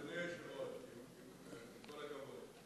אדוני היושב-ראש, עם כל הכבוד,